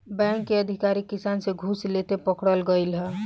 bank के अधिकारी किसान से घूस लेते पकड़ल गइल ह